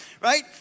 right